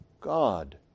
God